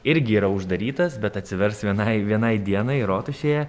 irgi yra uždarytas bet atsivers vienai vienai dienai rotušėje